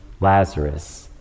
Lazarus